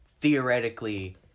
theoretically